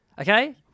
okay